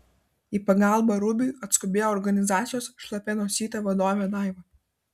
į pagalbą rubiui atskubėjo organizacijos šlapia nosytė vadovė daiva